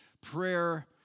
prayer